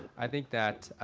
i think that